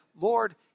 Lord